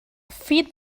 feed